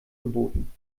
geboten